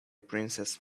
princess